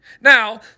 Now